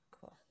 Cool